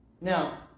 Now